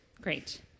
Great